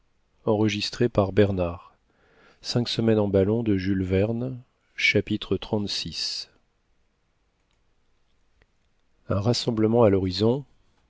chapitre xxxvi un rassemblement à lhorizon